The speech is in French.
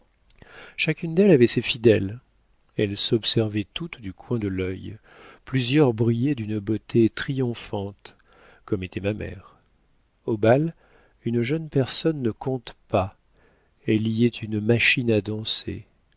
chacune d'elles avait ses fidèles elles s'observaient toutes du coin de l'œil plusieurs brillaient d'une beauté triomphante comme était ma mère au bal une jeune personne ne compte pas elle y est une machine à danser